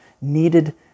needed